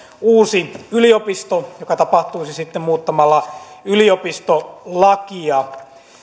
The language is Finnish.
uusi yliopisto mikä tapahtuisi muuttamalla yliopistolakia